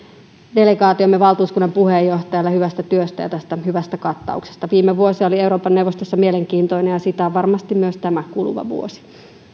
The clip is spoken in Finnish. delegaatiomme valtuuskunnan puheenjohtajalle hyvästä työstä ja tästä hyvästä kattauksesta viime vuosi oli euroopan neuvostossa mielenkiintoinen ja sitä on varmasti myös tämä kuluva vuosi